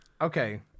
okay